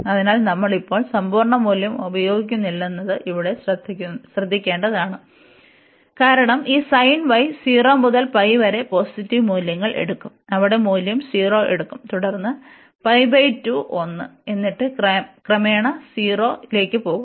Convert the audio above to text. അതിനാൽ നമ്മൾ ഇപ്പോൾ സമ്പൂർണ്ണ മൂല്യം ഉപയോഗിക്കുന്നില്ലെന്നത് ഇവിടെ ശ്രദ്ധിക്കേണ്ടതാണ് കാരണം ഈ 0 മുതൽ വരെ പോസിറ്റീവ് മൂല്യങ്ങൾ എടുക്കും അവിടെ മൂല്യം 0 എടുക്കും തുടർന്ന് 1 എന്നിട്ട് ക്രമേണ 0 ലേക്ക് പോകുന്നു